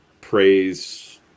praise